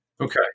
Okay